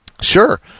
sure